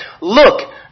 Look